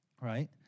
right